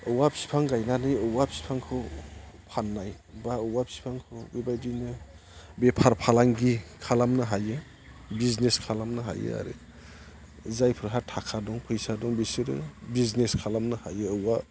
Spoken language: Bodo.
औवा बिफां गायनानै औवा बिफांखौ फाननाय बा औवा बिफांखौ बेबायदियैनो बेफार फालांगि खालामनो हायो बिजनेस खालामनो हायो आरो जायफोरहा थाखा दं फैसा दं बिसोरो बिजनेस खालामनो हायो एबा